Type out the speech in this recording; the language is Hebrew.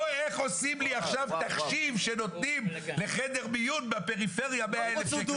לא איך עושים לי עכשיו תחשיב שנותנים לחדר מיון מהפריפריה 100,000 שקל.